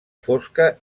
fosca